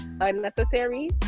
Unnecessary